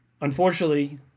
unfortunately